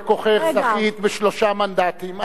את בכוחך זכית בשלושה מנדטים.